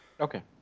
Okay